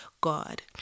God